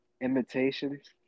imitations